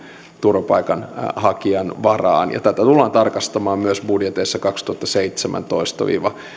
turvapaikanhakijan varaan tätä tullaan tarkistamaan myös budjeteissa kaksituhattaseitsemäntoista viiva